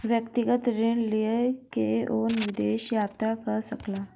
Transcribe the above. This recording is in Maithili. व्यक्तिगत ऋण लय के ओ विदेश यात्रा कय सकला